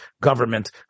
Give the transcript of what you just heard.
government